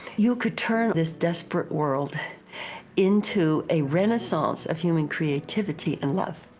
you could turn this desperate world into a renaissance of human creativity and love.